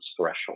threshold